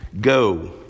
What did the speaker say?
go